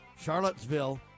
Charlottesville